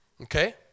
Okay